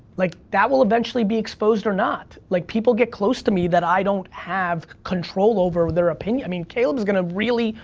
like, that will eventually be exposed or not. like, people get close to me that i don't have control over their opinion. i mean, caleb's gonna really,